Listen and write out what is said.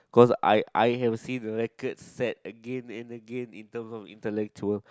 cause I I have seen the record set again and again interval intellectual